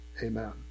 Amen